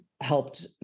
helped